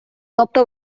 тобто